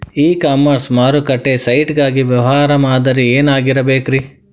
E commerce ಮಾರುಕಟ್ಟೆ site ಗಾಗಿ ವ್ಯವಹಾರ ಮಾದರಿ ಏನಾಗಿರಬೇಕ್ರಿ?